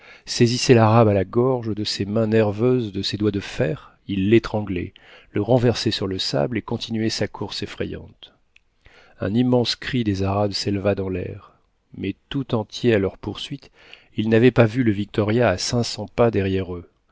saisissait l'arabe à la gorge de ses mains nerveuses de ses doigts de fer il l'étranglait le renversait sur le sable et continuait sa course effrayante un immense cri des arabes s'éleva dans l'air mais tout entiers à leur poursuite ils n'avaient pas vu le victoria à cinq cents pas derrière eux